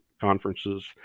conferences